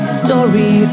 story